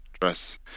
dress